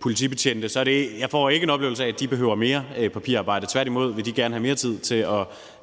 politibetjente, får jeg ikke en oplevelse af, at de behøver mere papirarbejde. Tværtimod vil de gerne have mere tid til